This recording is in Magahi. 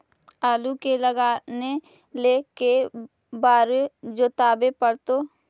आलू के लगाने ल के बारे जोताबे पड़तै?